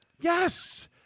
yes